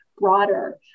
broader